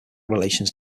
relations